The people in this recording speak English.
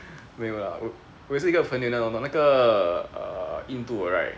没有啦我我也是有一个朋友你懂那个 err 印度 right